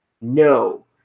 No